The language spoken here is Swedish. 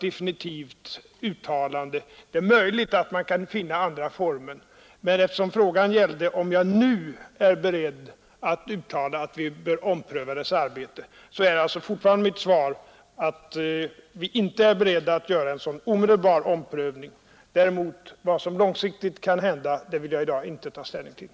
Det är möjligt att man kan finna andra former. Men eftersom frågan gällde om jag nu är beredd att uttala att vi bör ompröva filmgranskningsrådets arbete, är alltså fortfarande mitt svar att vi inte ämnar göra en sådan omedelbar omprövning. Vad som långsiktigt kan hända vill jag däremot i dag inte ta ställning till.